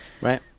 Right